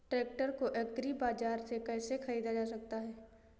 Tractor को agri बाजार से कैसे ख़रीदा जा सकता हैं?